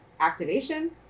Activation